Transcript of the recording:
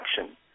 action